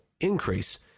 increase